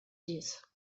disso